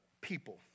people